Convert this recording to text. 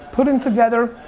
putting together.